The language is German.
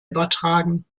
übertragen